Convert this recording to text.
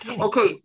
Okay